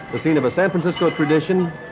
the scene of a san francisco tradition,